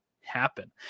happen